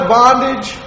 bondage